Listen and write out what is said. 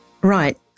Right